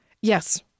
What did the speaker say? Yes